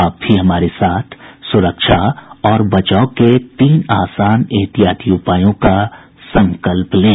आप भी हमारे साथ सुरक्षा और बचाव के तीन आसान एहतियाती उपायों का संकल्प लें